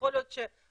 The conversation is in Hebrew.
יכול להיות שאדוני,